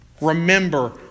Remember